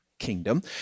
Kingdom